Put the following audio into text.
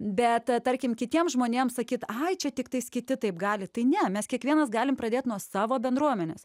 bet tarkim kitiem žmonėms sakyt ai čia tiktais kiti taip gali tai ne mes kiekvienas galim pradėt nuo savo bendruomenės